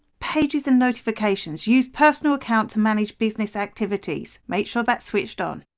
pages and notifications use personal account to manage business activities' make sure that switched on